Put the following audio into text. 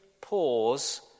pause